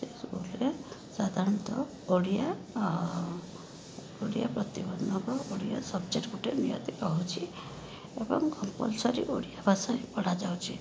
ସେ ସବୁଥିରେ ସାଧାରଣତଃ ଓଡ଼ିଆ ଓଡ଼ିଆ ପ୍ରତିବନ୍ଧକ ଓଡ଼ିଆ ସବଜେକ୍ଟ ଗୋଟେ ନିହାତି ରହୁଛି ଏବଂ କମ୍ପଲ୍ସରି ଓଡ଼ିଆ ଭାଷା ବି ପଢ଼ାଯାଉଛି